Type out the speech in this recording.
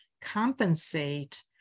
compensate